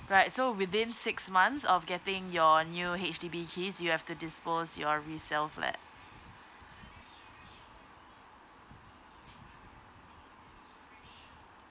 right so within six months of getting your new H_D_B hence you have to dispose your resale flat